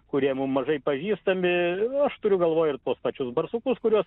kurie mum mažai pažįstami aš turiu galvoj ir tuos pačius barsukus kuriuos